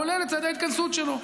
כולל צעדי ההתכנסות שלו.